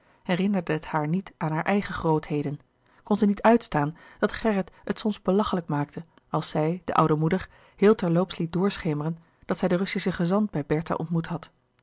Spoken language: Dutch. herinnerde het haar niet aan haar eigen grootheden kon zij niet uitstaan dat gerrit het soms belachelijk maakte als zij de oude moeder heel ter loops liet doorschemeren dat zij den russischen gezant bij bertha ontmoet had